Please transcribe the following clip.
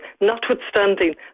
notwithstanding